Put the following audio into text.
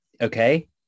Okay